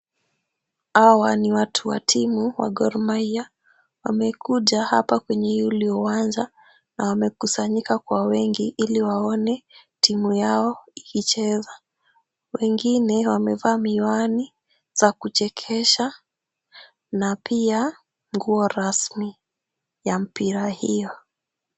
Hawa ni watu wa timu wa Gor Mahia. Wamekuja hapa kwenye hili uwanja na wamekusanyika kwa wengi ili waone timu yao ikicheza. Wengine wamevaa miwani za kuchekesha na pia nguo rasmi ya mpira hiyo.